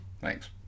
Thanks